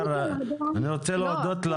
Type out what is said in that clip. אני רוצה להודות,